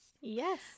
Yes